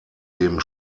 dem